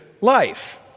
life